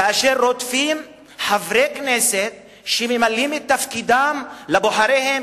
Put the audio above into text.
כאשר רודפים חברי כנסת שממלאים את תפקידם כלפי בוחריהם,